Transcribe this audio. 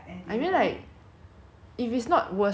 if like you know like makeup 如果你买一个 like